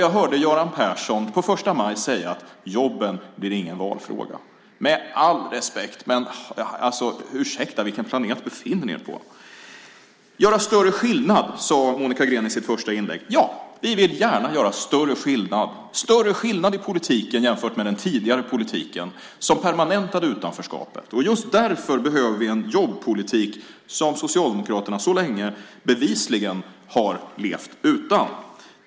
Jag hörde Göran Persson på första maj säga att jobben inte blir någon valfråga. Med all respekt: Ursäkta, vilken planet befinner ni er på? I sitt första inlägg pratade Monica Green om att göra större skillnad. Ja, vi vill gärna göra större skillnad i politiken jämfört med den tidigare politiken som permanentade utanförskapet. Just därför behöver vi en jobbpolitik som Socialdemokraterna så länge bevisligen har levt utan.